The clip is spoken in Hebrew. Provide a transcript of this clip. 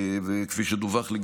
כפי שדווח לי,